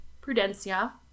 prudencia